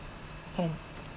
can